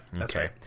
Okay